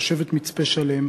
תושבת מצפה-שלם,